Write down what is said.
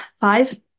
Five